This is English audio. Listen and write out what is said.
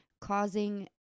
causing